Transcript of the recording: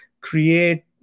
create